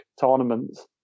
tournaments